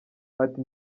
ati